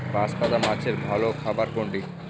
বাঁশপাতা মাছের ভালো খাবার কোনটি?